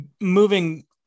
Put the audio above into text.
moving